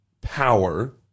power